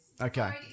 Okay